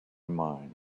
mind